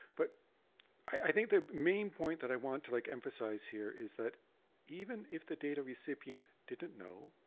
but i think the main point that i want to like emphasize here is that even if the data recipient didn't know,